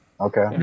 Okay